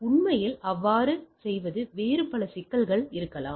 உண்மையில் அவ்வாறு செய்வது வேறு பல சிக்கல்கள் இருக்கலாம்